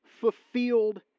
fulfilled